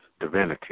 divinity